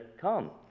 Come